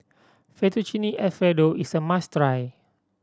Fettuccine Alfredo is a must try